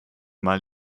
mal